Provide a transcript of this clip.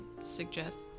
suggest